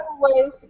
ways